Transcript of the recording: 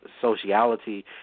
sociality